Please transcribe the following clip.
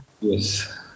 Yes